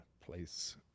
place